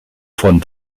von